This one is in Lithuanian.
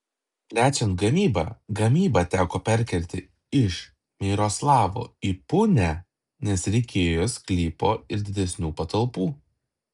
plečiant gamybą gamybą teko perkelti iš miroslavo į punią nes reikėjo sklypo ir didesnių patalpų